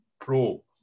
pro